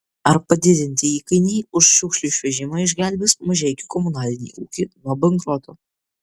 ar padidinti įkainiai už šiukšlių išvežimą išgelbės mažeikių komunalinį ūkį nuo bankroto